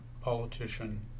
politician